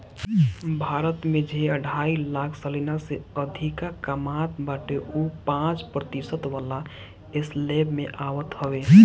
भारत में जे ढाई लाख सलीना से अधिका कामत बाटे उ पांच प्रतिशत वाला स्लेब में आवत हवे